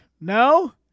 no